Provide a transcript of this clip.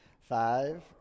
Five